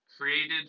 created